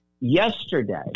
yesterday